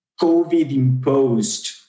COVID-imposed